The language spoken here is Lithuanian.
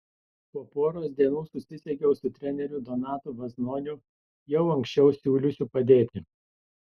po poros dienų susisiekiau su treneriu donatu vaznoniu jau anksčiau siūliusiu padėti